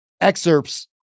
excerpts